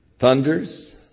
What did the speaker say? thunders